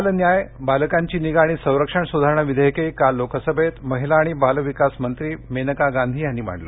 बाल न्याय बालकांची निगा आणि संरक्षण सुधारणा विधेयकही काल लोकसभेत महिला आणि बाल विकास मंत्री मेनका गांधी यांनी मांडलं